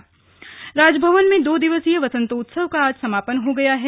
slug बसंतोत्सव राजभवन में दो दिवसीय बसंतोत्सव का आज समापन हो गया है